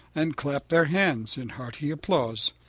and clapped their hands in hearty applause.